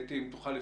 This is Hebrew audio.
כן.